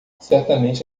certamente